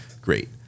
great